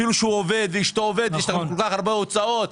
אפילו שהוא עובד ואשתו עובדת ויש להם כל כך הרבה הוצאות.